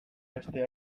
beste